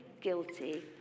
guilty